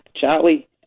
Charlie